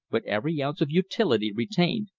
but every ounce of utility retained.